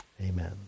Amen